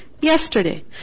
yesterday